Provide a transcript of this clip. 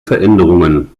veränderungen